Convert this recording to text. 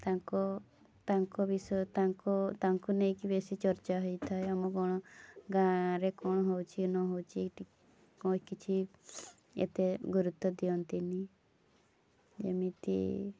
ତାଙ୍କ ତାଙ୍କ ବିଷୟ ତାଙ୍କ ତାଙ୍କୁ ନେଇକି ବେଶୀ ଚର୍ଚ୍ଚା ହୋଇଥାଏ ଆମ କ'ଣ ଗାଁରେ କ'ଣ ହେଉଛି ନ ହଉଛି କିଛି ଏତେ ଗୁରୁତ୍ୱ ଦିଅନ୍ତିନି ଯେମିତି